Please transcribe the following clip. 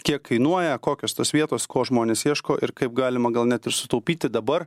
kiek kainuoja kokios tos vietos ko žmonės ieško ir kaip galima gal net ir sutaupyti dabar